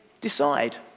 decide